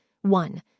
One